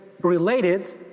related